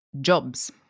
jobs